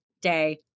day